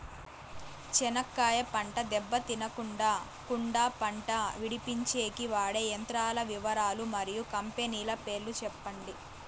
చెనక్కాయ పంట దెబ్బ తినకుండా కుండా పంట విడిపించేకి వాడే యంత్రాల వివరాలు మరియు కంపెనీల పేర్లు చెప్పండి?